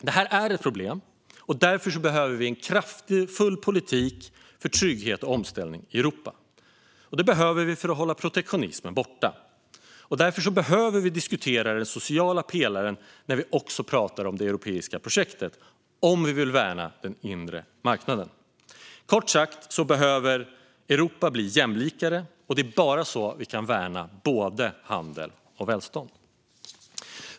Detta är ett problem, och därför behöver vi en kraftfull politik för trygghet och omställning i Europa. Det behöver vi för att hålla protektionismen borta. Därför behöver vi diskutera den sociala pelaren när vi talar om det europeiska projektet om vi vill värna den inre marknaden. Kort sagt behöver Europa bli jämlikare. Det är bara så vi kan värna både handel och välstånd.